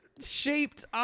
shaped